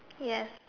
yes